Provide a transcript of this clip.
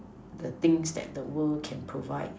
the things that the world can provide